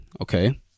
Okay